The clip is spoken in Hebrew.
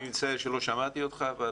אני מצטער שלא שמעתי את כל דבריך.